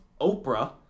Oprah